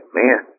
man